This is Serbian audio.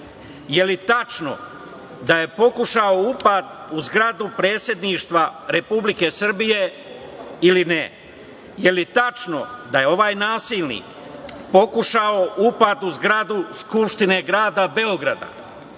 li je tačno da je pokušao upad u zgradu predsedništva Republike Srbije ili ne? Da li je tačno da je ovaj nasilnik pokušao upad u zgradu Skupštine grada Beograda?